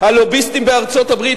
הלוביסטים בארצות-הברית,